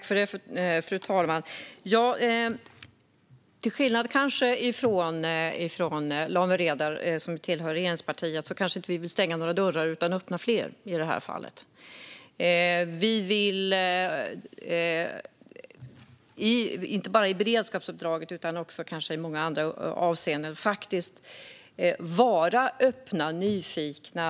Fru talman! Till skillnad från Lawen Redar, som tillhör regeringspartiet, vill vi inte stänga några dörrar utan öppna fler. Vi vill inte bara när det gäller beredskapsuppdraget utan också i andra avseenden vara öppna och nyfikna.